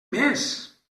més